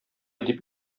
дип